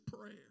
prayer